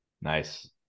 Nice